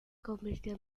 convirtió